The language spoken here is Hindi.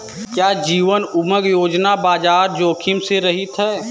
क्या जीवन उमंग योजना बाजार जोखिम से रहित है?